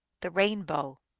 the rainbow.